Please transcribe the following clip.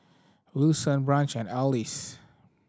Wilson Branch and Alys